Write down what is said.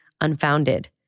unfounded